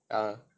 uh